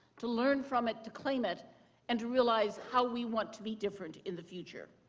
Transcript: to learn from it, to claim it and realize how we want to be different in the future.